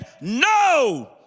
no